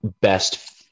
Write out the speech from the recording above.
best